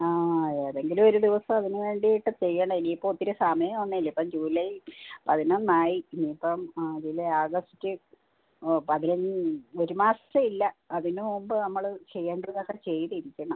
ആ ആ ഏതെങ്കിലും ഒരു ദിവസം അതിന് വേണ്ടിയിട്ട് ചെയ്യണം ഇപ്പോൾ ഒത്തിരി സമയം ഒന്നും ഇല്ല ഇപ്പം ജൂലൈ പതിനൊന്ന് ആയി ഇനി ഇപ്പം ആ ജൂലൈ ആഗസ്റ്റ് ഓ പതിനൊന്ന് ഒരു മാസം ഇല്ല അതിന് മുമ്പ് നമ്മൾ ചെയ്യേണ്ടതൊക്കെ ചെയ്തിരിക്കണം